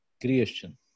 Creation